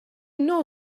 know